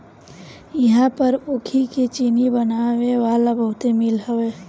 इहां पर ऊखी के चीनी बनावे वाला बहुते मील हवे